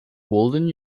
walden